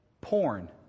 porn